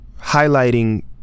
Highlighting